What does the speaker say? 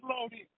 loaded